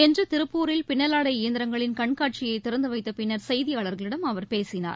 இன்றுதிருப்பூரில் பின்னலாடை இயந்திரங்களின் கண்காட்சியைதிறந்துவைத்தபின்னர் செய்தியாளர்களிடம் அவர் பேசினார்